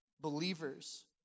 Believers